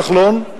כחלון,